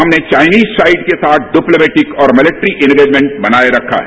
हमने Chinese side के साथ डिप्लोमेटिक और मिलिट्री इंगेजमेंट बनाए रखा है